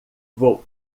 vou